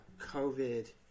COVID